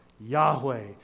Yahweh